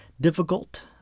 difficult